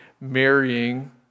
marrying